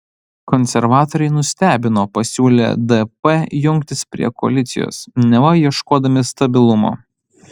konservatoriai nustebino pasiūlę dp jungtis prie koalicijos neva ieškodami stabilumo